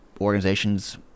organizations